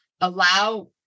allow